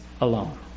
alone